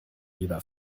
lieber